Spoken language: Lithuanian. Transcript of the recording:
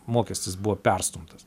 mokestis buvo perstumtas